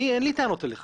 אני אין לי טענות אליך